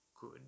good